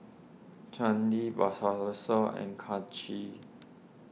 Chandi and Kanshi